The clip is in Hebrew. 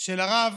של הרב